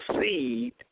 seed